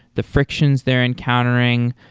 the frictions they're encountering,